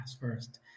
first